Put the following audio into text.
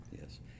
Yes